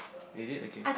wait you did okay